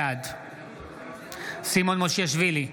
בעד סימון מושיאשוילי,